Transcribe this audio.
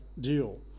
deal